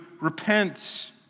repent